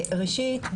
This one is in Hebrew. ראשית,